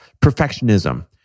perfectionism